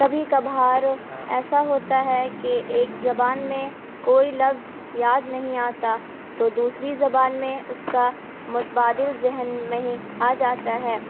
کبھی کبھار ایسا ہوتا ہے کہ ایک زبان میں کوئی لفظ یاد نہیں آتا تو دوسری زبان میں اس کا متبادل ذہن میں آ جاتا ہے